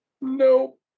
nope